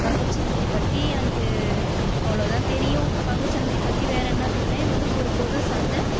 பங்குச்சந்தை பற்றி எனக்கு அவ்வள தான் தெரியும் பங்குச்சந்தை பற்றி வேறு என்ன தெரியும்னா இது வந்து ஒரு பொது சந்தை